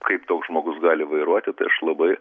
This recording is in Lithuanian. kaip toks žmogus gali vairuoti tai aš labai